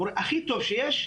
מורה הכי טוב שיש,